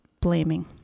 blaming